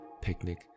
picnic